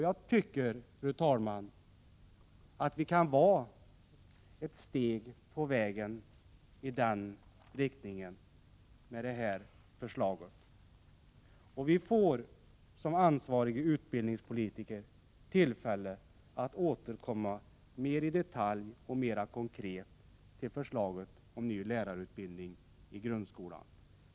Jag tycker, fru talman, att det här förslaget kan anses vara ett steg i den riktningen. Vi får som ansvariga utbildningspolitiker tillfälle att återkomma mer i detalj och mera konkret till förslaget om ny lärarutbildning i grundskolan.